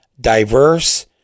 diverse